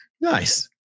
Nice